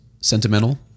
sentimental